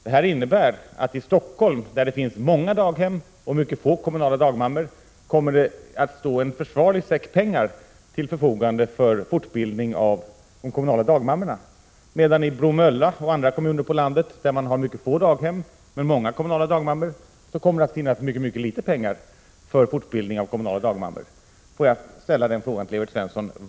Det innebär att det i Stockholm där man har många daghem och mycket få kommunala dagmammor kommer att stå en försvarlig säck pengar till förfogande för fortbildning av kommunala dagmammor, medan det i Bromölla och andra kommuner på landet där man har mycket få daghem men många kommunala dagmammor kommer att finnas mycket litet pengar för fortbildning av kommunala dagmammor.